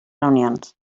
reunions